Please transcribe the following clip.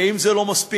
ואם זה לא מספיק,